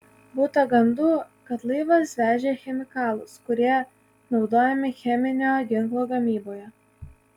būta gandų kad laivas vežė chemikalus kurie naudojami cheminio ginklo gamyboje